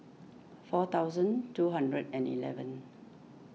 four thousand two hundred and eleven